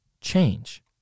change